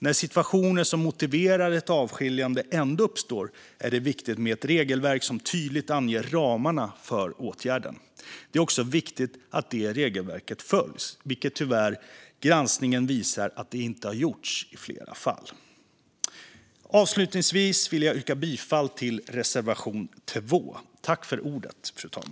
När situationer som motiverar ett avskiljande ändå uppstår är det viktigt med ett regelverk som tydligt anger ramarna för åtgärden. Det är också viktigt att det regelverket följs, vilket granskningen tyvärr visar inte har gjorts i flera fall. Avslutningsvis vill jag yrka bifall till reservation 4 under punkt 2.